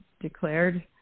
declared